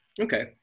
Okay